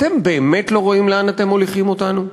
אתם באמת לא רואים לאן אתם מולכים אותנו?